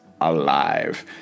alive